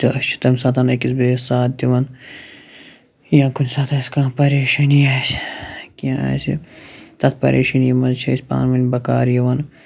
تہٕ أسۍ چھِ تمہِ ساتَن أکِس بیٚیِس ساتھ دِوَان یا کُنہِ ساتہٕ آسہِ کانٛہہ پریشٲنی آسہِ کینٛہہ آسہِ تَتھ پریشٲنی منٛز چھِ أسۍ پانہٕ ؤنۍ بَکار یِوَان